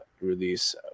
release